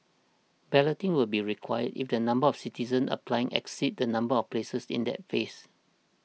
balloting will be required if the number of citizens applying exceeds the number of places in that phase